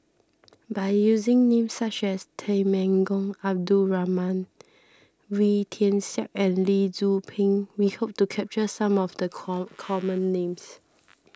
by using names such as Temenggong Abdul Rahman Wee Tian Siak and Lee Tzu Pheng we hope to capture some of the common names